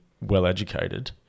well-educated